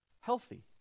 healthy